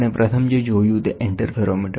આપણે પ્રથમ જે જોયું તે ઇન્ટરફેરોમીટર